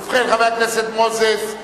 חבר הכנסת מוזס,